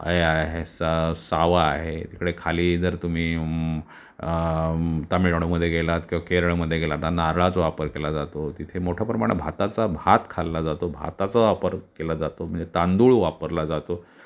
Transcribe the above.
अय आहे सा सावा आहे तिकडे खाली जर तुम्ही तमिळनाडूमध्ये गेलात किंवा केरळमध्ये गेलात तर नारळाचा वापर केला जातो तिथे मोठ्या प्रमाणात भाताचा भात खाल्ला जातो भाताचा वापर केला जातो म्हणजे तांदूळ वापरला जातो